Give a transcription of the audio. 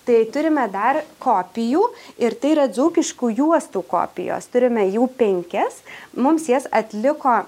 tai turime dar kopijų ir tai yra dzūkiškų juostų kopijos turime jų penkias mums jas atliko